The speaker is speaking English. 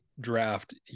draft